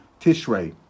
Tishrei